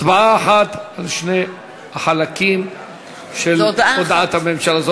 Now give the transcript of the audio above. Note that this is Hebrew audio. הצבעה אחת על שני החלקים של הודעת הממשלה.